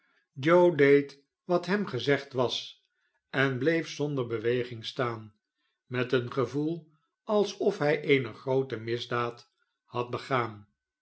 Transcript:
joe deed wat hem gezegd was en bleef zonder beweging staan met een gevoel alsof hij eene groote misdaad had begaan